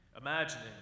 imagining